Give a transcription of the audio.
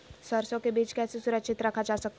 सरसो के बीज कैसे सुरक्षित रखा जा सकता है?